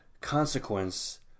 consequence